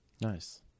nice